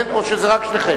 כן, או זה רק שניכם?